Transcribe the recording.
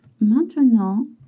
Maintenant